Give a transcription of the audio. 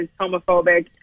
homophobic